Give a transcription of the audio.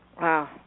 Wow